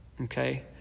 Okay